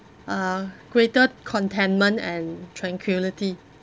uh greater contentment and tranquillity